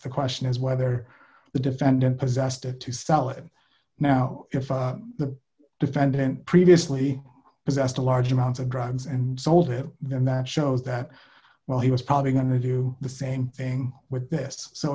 the question is whether the defendant possessed it to sell it now if the defendant previously possessed a large amounts of drugs and sold it then that shows that well he was probably going to do the same thing with this